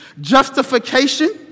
justification